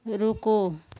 रूको